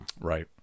Right